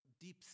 deep